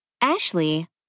Ashley